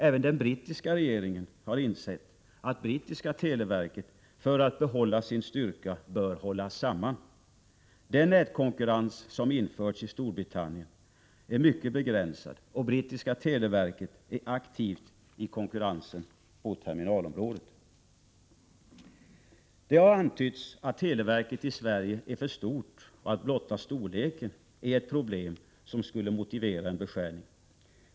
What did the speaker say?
Även den brittiska regeringen har insett att det brittiska televerket för att behålla sin styrka bör hållas samman. Den nätkonkurrens som införts i Storbritannien är mycket begränsad, och det brittiska televerket är aktivt i konkurrensen på terminalområdet. Det har antytts att televerket i Sverige är för stort och att blotta storleken är ett problem som skulle motivera en beskärning.